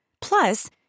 Plus